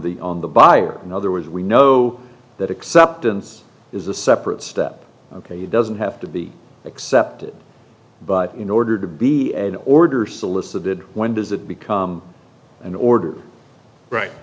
the on the buyer in other words we know that acceptance is a separate step ok it doesn't have to be accepted but in order to be an order solicited when does it become an order right